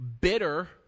Bitter